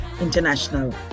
International